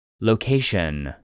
Location